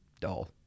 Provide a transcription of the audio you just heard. dull